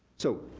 so,